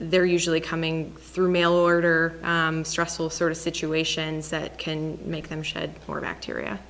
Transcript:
they're usually coming through mail order stressful sort of situations that can make them shed more bacteria